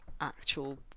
actual